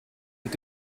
mit